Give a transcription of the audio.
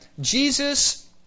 Jesus